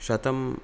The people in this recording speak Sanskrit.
शतं